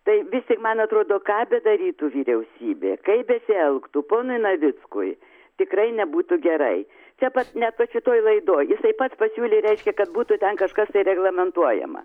tai vis tik man atrodo ką bedarytų vyriausybė kaip besielgtų ponui navickui tikrai nebūtų gerai čia pat net vat šitoj laidoj jis taip pat pasiūlė reiškia kad būtų ten kažkas tai reglamentuojama